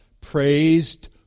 praised